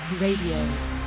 RADIO